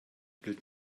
gilt